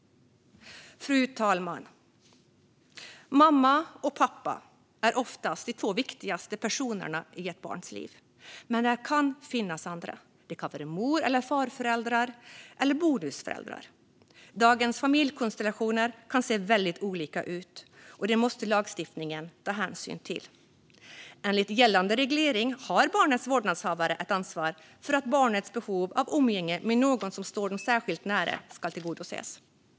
Fru talman! Mamma och pappa är oftast de två viktigaste personerna i ett barns liv, men där kan finnas andra. Det kan vara mor eller farföräldrar eller bonusföräldrar. Dagens familjekonstellationer kan se väldigt olika ut, och det måste lagstiftningen ta hänsyn till. Enligt gällande reglering har barnets vårdnadshavare ett ansvar för att barnets behov av umgänge med någon som står barnet särskilt nära tillgodoses.